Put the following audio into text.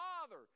Father